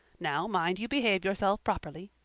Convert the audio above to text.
now, mind you behave yourself properly.